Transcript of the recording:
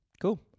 Cool